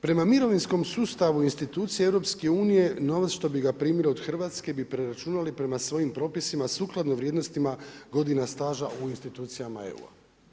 Prema mirovinskom sustavu institucija EU novac što bi ga primili od Hrvatske bi preračunali prema svojim propisima sukladno vrijednostima godina staža u institucijama EU-a.